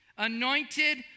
Anointed